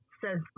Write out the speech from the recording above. says